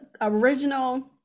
original